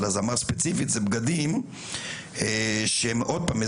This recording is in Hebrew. הזמר ספציפית זה בגדים שהם עוד פעם,